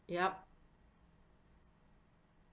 yup